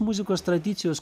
muzikos tradicijos